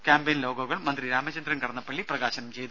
campaign ലോഗോകൾ മന്ത്രി രാമചന്ദ്രൻ കടന്നപ്പള്ളി പ്രകാശനം ചെയ്തു